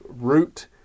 root